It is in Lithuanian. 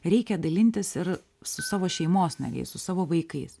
reikia dalintis ir su savo šeimos nariais su savo vaikais